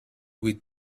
with